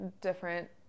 different